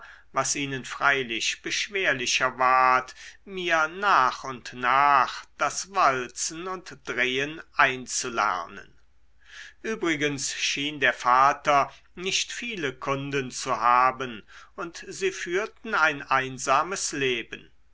was ihnen freilich beschwerlicher ward mir nach und nach das walzen und drehen einzulernen übrigens schien der vater nicht viele kunden zu haben und sie führten ein einsames leben